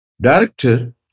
Director